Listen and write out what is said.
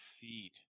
feet